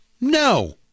No